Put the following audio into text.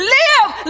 live